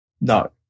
no